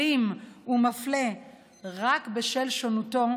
אלים ומפלה רק בשל שונותו,